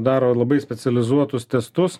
daro labai specializuotus testus